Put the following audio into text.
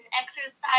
exercise